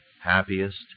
happiest